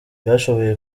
bashoboye